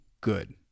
good